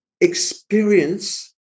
experience